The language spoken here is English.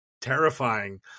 terrifying